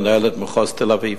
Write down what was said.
מנהלת מחוז תל-אביב.